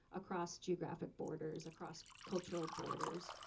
across geographic borders, across cultural borders.